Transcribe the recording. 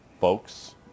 folks